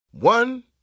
One